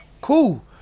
Cool